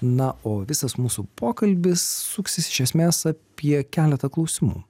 na o visas mūsų pokalbis suksis iš esmės apie keletą klausimų